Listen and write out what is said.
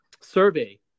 survey